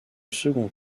second